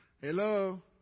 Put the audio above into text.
Hello